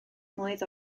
mlwydd